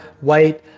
white